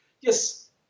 yes